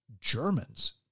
Germans